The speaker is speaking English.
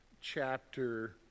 chapter